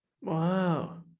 Wow